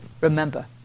remember